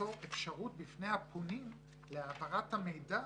וליצור אפשרות בפני הפונים להעברת המידע